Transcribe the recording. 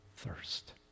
thirst